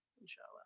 inshallah